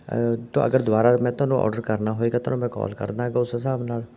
ਤ ਅਗਰ ਦੁਬਾਰਾ ਮੈਂ ਤੁਹਾਨੂੰ ਆਰਡਰ ਕਰਨਾ ਹੋਏਗਾ ਤੁਹਾਨੂੰ ਮੈਂ ਕੌਲ ਕਰ ਦਾਗਾਂ ਉਸ ਹਿਸਾਬ ਨਾਲ